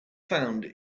found